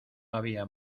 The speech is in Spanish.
había